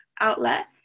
outlet